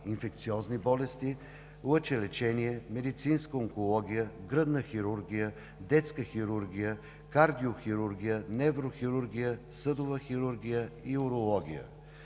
„Инфекциозни болести“, „Лъчелечение“, „Медицинска онкология“, „Гръдна хирургия“, „Детска хирургия“, „Кардиохирургия“, „Неврохирургия“, „Съдова хирургия“ и „Урология“,